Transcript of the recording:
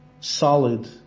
solid